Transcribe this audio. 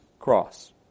Cross